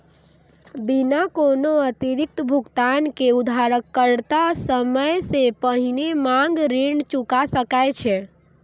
बिना कोनो अतिरिक्त भुगतान के उधारकर्ता समय सं पहिने मांग ऋण चुका सकै छै